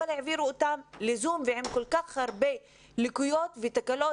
אבל העבירו אותם לזום עם כל כך הרבה לקויות ותקלות